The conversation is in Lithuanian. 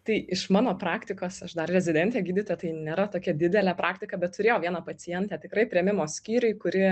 tai iš mano praktikos aš dar rezidentė gydytoja tai nėra tokia didelė praktika bet turėjau vieną pacientę tikrai priėmimo skyriuj kuri